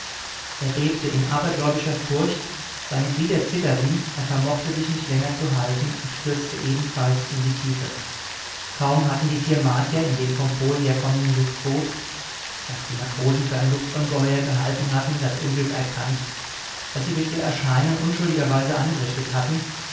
er bebte in abergläubischer furcht seine glieder zitterten er vermochte sich nicht länger zu halten und stürzte ebenfalls in die tiefe kaum hatten die vier martier in dem vom pol herkommenden luftboot das die matrosen für ein luftungeheuer gehalten hatten das unglück erkannt das sie durch ihr erscheinen unschuldigerweise angerichtet hatten